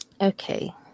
Okay